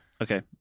Okay